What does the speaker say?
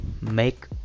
make